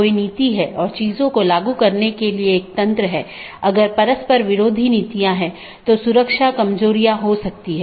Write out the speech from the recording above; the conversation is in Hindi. एक स्टब AS दूसरे AS के लिए एक एकल कनेक्शन है